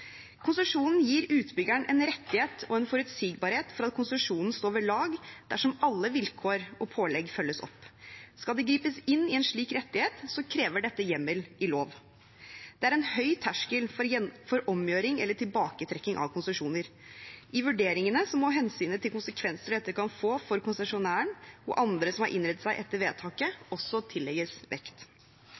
Konsesjonen gir utbyggeren en rettighet og en forutsigbarhet for at konsesjonen står ved lag dersom alle vilkår og pålegg følges opp. Skal det gripes inn i en slik rettighet, krever dette hjemmel i lov. Det er en høy terskel for omgjøring eller tilbaketrekking av konsesjoner. I vurderingene må hensynet til konsekvenser dette kan få for konsesjonæren og andre som har innrettet seg etter vedtaket, også tillegges vekt.